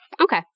Okay